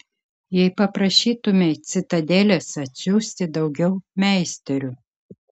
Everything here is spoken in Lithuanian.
jei paprašytumei citadelės atsiųsti daugiau meisterių